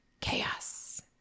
chaos